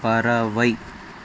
பறவை